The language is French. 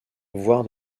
voire